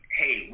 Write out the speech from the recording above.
hey